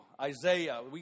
Isaiah